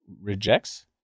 Rejects